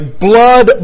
blood